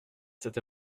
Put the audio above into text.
cet